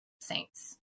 saints